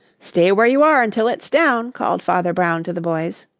stay where you are until it's down, called father brown to the boys.